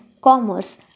commerce